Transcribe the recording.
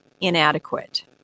inadequate